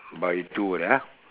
by two ya